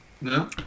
No